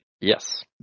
Yes